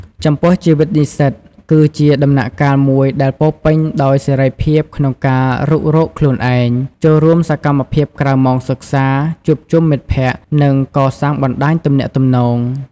ចំពោះជីវិតនិស្សិតគឺជាដំណាក់កាលមួយដែលពោរពេញដោយសេរីភាពក្នុងការរុករកខ្លួនឯង ចូលរួមសកម្មភាពក្រៅម៉ោងសិក្សា ជួបជុំមិត្តភក្តិ និងកសាងបណ្តាញទំនាក់ទំនង។